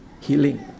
healing